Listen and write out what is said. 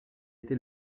été